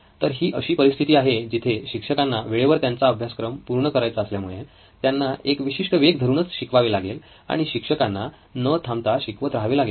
तर ही अशी परिस्थिती आहे जिथे शिक्षकांना वेळेवर त्यांचा अभ्यासक्रम पूर्ण करायचा असल्यामुळे त्यांना एक विशिष्ट वेग धरूनच शिकवावे लागेल आणि शिक्षकांना न थांबता शिकवत राहावे लागेल